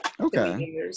okay